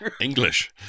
English